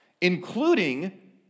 including